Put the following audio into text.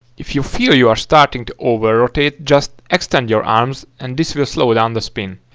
if you feel you're starting to overrotate, just extend your arms, and this will slow down the spin.